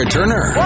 Turner